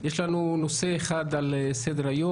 יש לנו נושא אחד על סדר-היום,